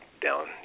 down